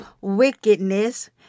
wickedness